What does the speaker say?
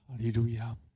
Hallelujah